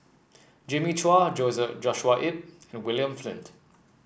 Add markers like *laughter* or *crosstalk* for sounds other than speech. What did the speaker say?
Jimmy Chua *unintelligible* Joshua Ip and William Flint